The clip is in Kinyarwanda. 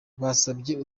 basabye